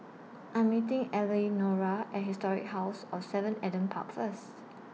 I Am meeting Elenora At Historic House of seven Adam Park First